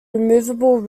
removable